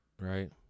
right